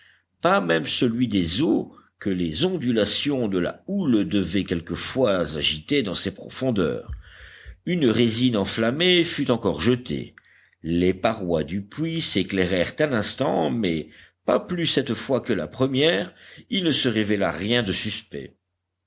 pas même celui des eaux que les ondulations de la houle devaient quelquefois agiter dans ces profondeurs une résine enflammée fut encore jetée les parois du puits s'éclairèrent un instant mais pas plus cette fois que la première il ne se révéla rien de suspect